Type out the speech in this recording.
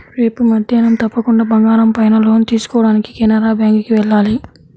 రేపు మద్దేన్నం తప్పకుండా బంగారం పైన లోన్ తీసుకోడానికి కెనరా బ్యేంకుకి వెళ్ళాలి